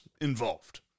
involved